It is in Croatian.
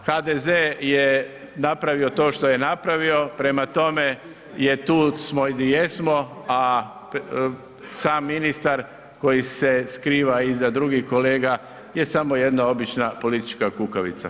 HDZ je napravio to što je napravio, prema tome, jer tu smo gdje jesmo a sam ministar koji se skriva iza drugih kolega je samo jedna obična politička kukavica.